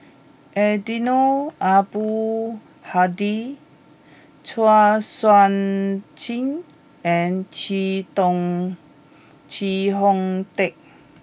Eddino Abdul Hadi Chua Sian Chin and Chee Dong Chee Hong Tat